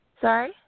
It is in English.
Sorry